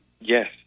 Yes